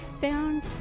found